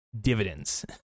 dividends